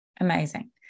Amazing